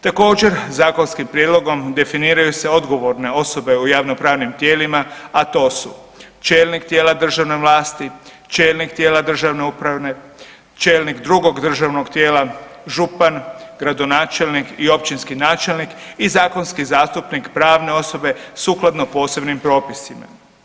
Također zakonskim prijedlogom definiraju se odgovorne osobe u javnopravnim tijelima, a to su čelnik tijela državne vlasti, čelnik tijela državne uprave, čelnik drugog državnog tijela, župan, gradonačelnik i općinski načelnik i zakonski zastupnik pravne osobe sukladno posebnim propisima.